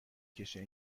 کشه